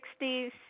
60s